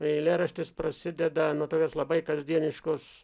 eilėraštis prasideda nuo tokios labai kasdieniškos